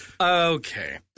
Okay